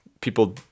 people